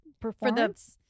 performance